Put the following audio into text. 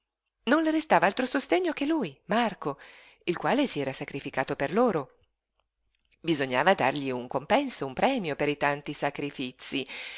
le restava altro sostegno che lui marco il quale si era sacrificato per loro bisognava dargli un compenso un premio per i tanti sacrifizii